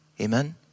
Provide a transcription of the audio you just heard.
Amen